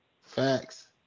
Facts